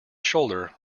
shoulder